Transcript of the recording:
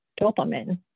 dopamine